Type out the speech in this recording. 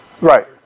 Right